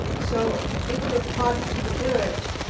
so they would've fought to the bitter end.